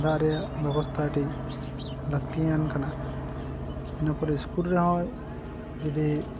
ᱫᱟᱜ ᱨᱮᱭᱟᱜ ᱵᱮᱵᱚᱥᱛᱷᱟ ᱟᱹᱰᱤ ᱞᱟᱹᱠᱛᱤᱭᱟᱱ ᱠᱟᱱᱟ ᱤᱱᱟᱹᱯᱚᱨᱮ ᱤᱥᱠᱩᱞ ᱨᱮᱦᱚᱸ ᱡᱩᱫᱤ